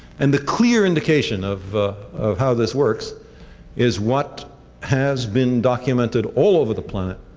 and the clear indication of of how this works is what has been documented all over the planet